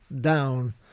down